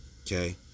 okay